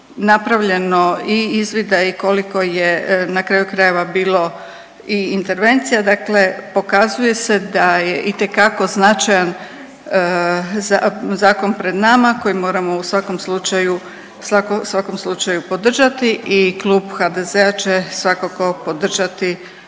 napravljeno i izvida i koliko je na kraju krajeva bilo i intervencija. Dakle, pokazuje se da je itekako značajan zakon pred nama koji moramo u svakom slučaju podržati. I klub HDZ-a će svakako podržati